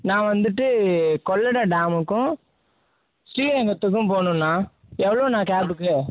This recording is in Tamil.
நான் வந்துட்டு கொள்ளிடம் டேமுக்கும் ஸ்ரீரங்கத்துக்கும் போணும்ணா எவ்வளோண்ணா கேபுக்கு